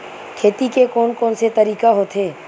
खेती के कोन कोन से तरीका होथे?